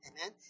Amen